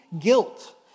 guilt